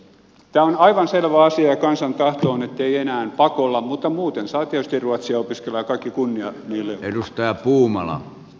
tämä on aivan selvä asia ja kansan tahto on ettei enää pakolla mutta muuten saa tietysti ruotsia opiskella ja kaikki kunnia niille